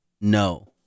no